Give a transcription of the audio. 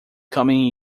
coming